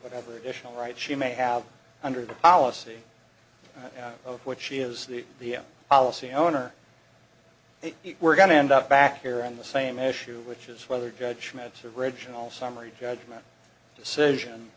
whatever additional rights she may have under the policy of which she is the the policy owner we're going to end up back here on the same issue which is whether judgments of original summary judgment decision